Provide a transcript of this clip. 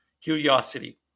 curiosity